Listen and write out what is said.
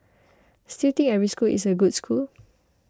still think every school is a good school